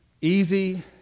easy